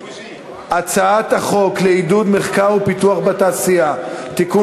הצעת חוק לעידוד מחקר ופיתוח בתעשייה (תיקון